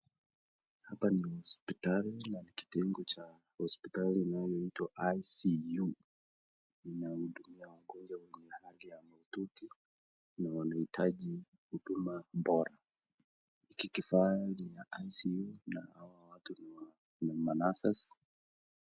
Hapa ni hospitali na ni kitengo cha hospitali inayoitwa ICU inahudumia wagonjwa walio hali ya mahutiti na wanahitaji huduma bora hiki kifaa ni ya ICU na hawa watu ni ma nurses .